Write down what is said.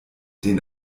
den